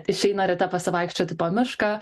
išeina ryte pasivaikščioti po mišką